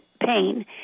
pain